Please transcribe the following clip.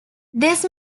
this